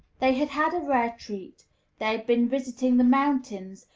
they had had a rare treat they had been visiting the mountains,